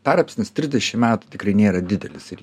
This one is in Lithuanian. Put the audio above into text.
tarpsnis trisdešim metų tikrai nėra didelis ir